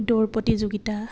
দৌৰ প্ৰতিযোগিতা